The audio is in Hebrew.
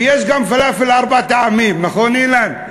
ויש גם פלאפל ארבעה טעמים, נכון, אילן?